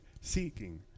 seeking